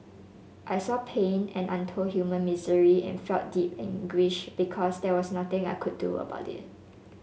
I saw pain and untold human misery and felt deep anguish because there was nothing I could do about it